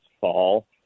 fall